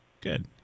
Good